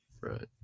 Right